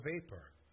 vapor